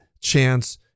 chance